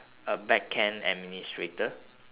a backend administrator